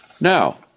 Now